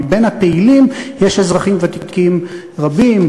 מבין הפעילים יש אזרחים ותיקים רבים,